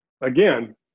again